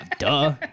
Duh